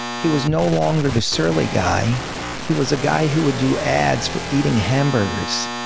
he was no longer the surly guy he was a guy who would do ads for eating hamburgers,